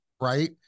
Right